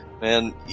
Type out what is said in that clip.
Man